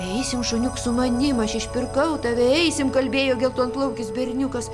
eisim šuniuk su manim aš išpirkau tave eisim kalbėjo geltonplaukis berniukas